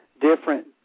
different